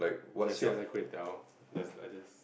did I say until kway-teow there's like this